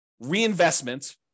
reinvestment